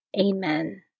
Amen